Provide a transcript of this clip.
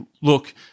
look